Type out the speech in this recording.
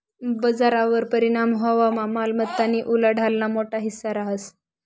बजारवर परिणाम व्हवामा मालमत्तानी उलाढालना मोठा हिस्सा रहास